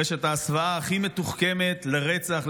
רשת ההסוואה הכי מתוחכמת לרצח,